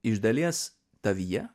iš dalies tavyje